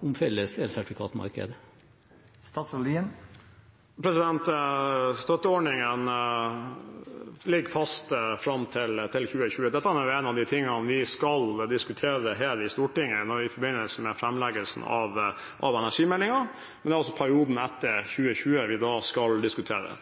om felles elsertifikatmarked? Støtteordningen ligger fast fram til 2020. Dette er en av de tingene vi skal diskutere her i Stortinget i forbindelse med framleggelsen av energimeldingen, men det er også perioden etter 2020 vi da skal diskutere.